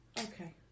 Okay